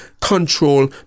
control